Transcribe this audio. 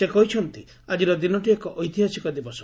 ସେ କହିଛନ୍ତି ଆଜିର ଦିନଟି ଏକ ଐତିହାସିକ ଦିବସ